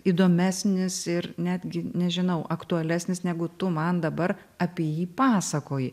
įdomesnis ir netgi nežinau aktualesnis negu tu man dabar apie jį pasakoji